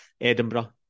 Edinburgh